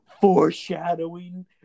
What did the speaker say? foreshadowing